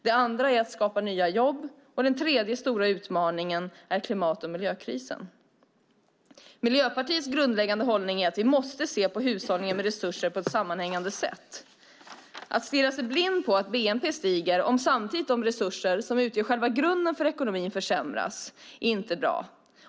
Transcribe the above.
Det andra är att skapa nya jobb, och den tredje stora utmaningen är klimat och miljökrisen. Miljöpartiets grundläggande hållning är att vi måste se på hushållningen med resurser på ett sammanhängande sätt. Att stirra sig blind på att bnp stiger, medan de resurser som utgör själva grunden för ekonomin samtidigt försämras, är inte bra.